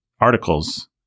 articles